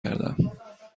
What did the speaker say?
گردم